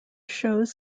shows